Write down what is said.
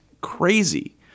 crazy